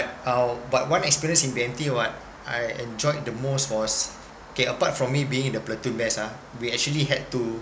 uh but one experience in B_M_T what I enjoyed the most was okay apart from me being the platoon best ah we actually had to